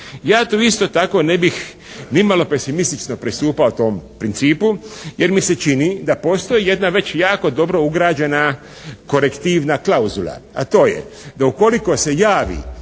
Ja to isto tako ne bih nimalo pesimistično pristupao tom principu jer mi se čini da postoji jedna već jako dobro ugrađena korektivna klauzula a to je da ukoliko se javi